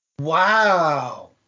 Wow